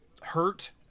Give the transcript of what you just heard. hurt